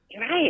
Right